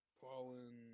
Fallen